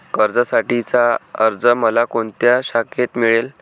कर्जासाठीचा अर्ज मला कोणत्या शाखेत मिळेल?